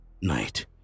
night